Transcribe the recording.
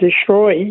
destroy